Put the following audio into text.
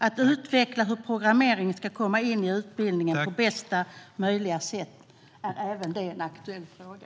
Att utveckla hur programmering ska komma in i utbildningen på bästa möjliga sätt är också en aktuell fråga.